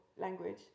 language